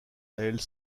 elle